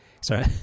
sorry